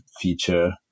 feature